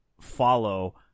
follow